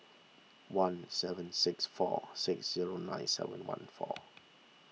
one seven six four six zero nine seven one four